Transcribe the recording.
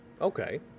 Okay